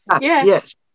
Yes